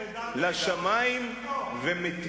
ובכל זאת,